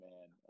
Man